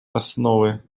основы